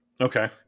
okay